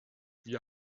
wir